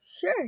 Sure